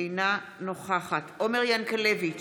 אינה נוכחת עומר ינקלביץ'